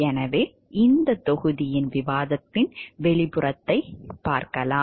எனவே இந்த தொகுதியின் விவாதத்தின் வெளிப்புறத்தைப் பார்ப்போம்